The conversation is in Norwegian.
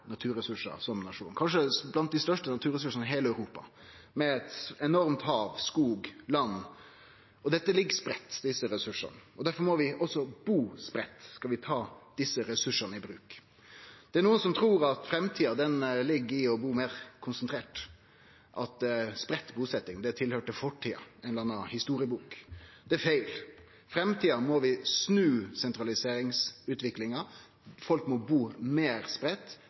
naturressursar som nasjon, kanskje blant dei største naturressursane i heile Europa, med eit enormt hav, skog, land. Desse ressursane ligg spreidde. Derfor må vi også bu spreidd skal vi ta desse ressursane i bruk. Det er nokon som trur at framtida ligg i å bu meir konsentrert, at spreidd busetjing høyrde til fortida, ei eller anna historiebok. Det er feil. I framtida må vi snu sentraliseringsutviklinga, folk må bu meir